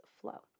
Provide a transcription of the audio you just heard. flow